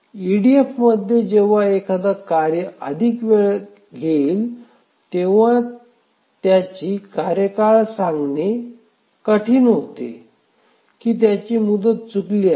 EDF मध्ये जेव्हा एखादा कार्य अधिक वेळ घेईल तेव्हा त्याची कार्यकाळ सांगणे कठीण होते की त्याची मुदत चुकली आहे